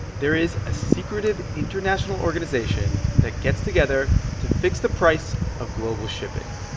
there is a secretive international organization that gets together to fix the price of global shipping,